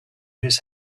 his